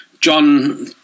John